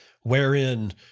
Wherein